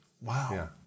Wow